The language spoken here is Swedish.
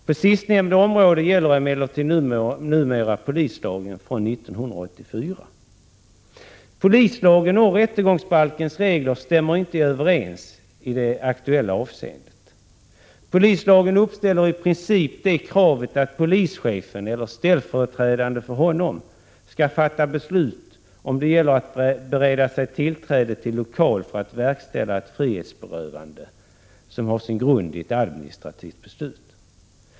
På sistnämnda område gäller emellertid numera polislagen från 1984. Polislagens och rättegångsbalkens regler stämmer inte överens i det aktuella avseendet. Polislagen uppställer i princip det kravet att polischef eller ställföreträdande för honom skall fatta beslut om det gäller att bereda sig tillträde till lokal för att verkställa ett frihetsberövande som har sin grund i ett administrativt beslut.